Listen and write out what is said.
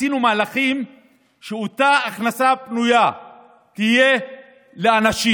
עשינו מהלכים שאותה הכנסה פנויה תהיה לאנשים,